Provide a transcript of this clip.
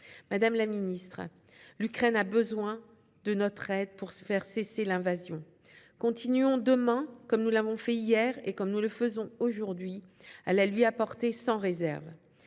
Madame la secrétaire d'État, l'Ukraine a besoin de notre aide pour faire cesser l'invasion. Continuons demain, comme nous l'avons fait hier et comme nous le faisons aujourd'hui, à la lui apporter sans réserve.